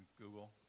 Google